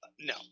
No